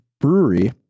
Brewery